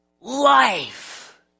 life